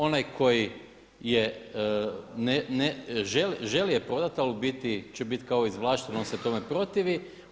Onaj koji je želi prodati, ali je u biti će biti kao izvlašten, on se tome protivi.